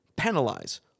penalize